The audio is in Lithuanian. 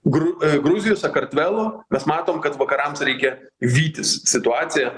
gru gruzijos sakartvelo mes matom kad vakarams reikia vytis situaciją